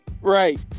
Right